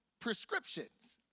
prescriptions